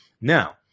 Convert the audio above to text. now